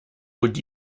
would